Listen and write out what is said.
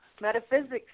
Metaphysics